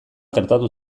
gertatu